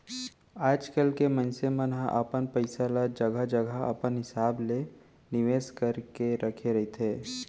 आजकल के मनसे मन ह अपन पइसा ल जघा जघा अपन हिसाब ले निवेस करके रखे रहिथे